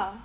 ya